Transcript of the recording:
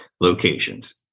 locations